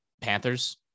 Panthers